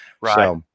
Right